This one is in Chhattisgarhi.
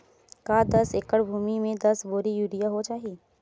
का दस एकड़ भुमि में दस बोरी यूरिया हो जाही?